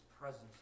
presence